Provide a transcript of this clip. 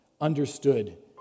understood